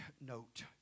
note